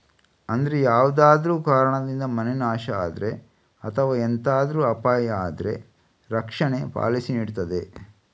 ಅಂದ್ರೆ ಯಾವ್ದಾದ್ರೂ ಕಾರಣದಿಂದ ಮನೆ ನಾಶ ಆದ್ರೆ ಅಥವಾ ಎಂತಾದ್ರೂ ಅಪಾಯ ಆದ್ರೆ ರಕ್ಷಣೆ ಪಾಲಿಸಿ ನೀಡ್ತದೆ